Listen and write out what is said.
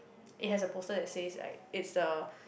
is has a person that say like is the